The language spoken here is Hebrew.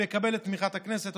ואקבל את תמיכת הכנסת.